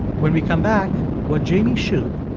when we come back what jamie shupe,